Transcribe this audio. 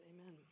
Amen